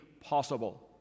possible